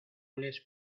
les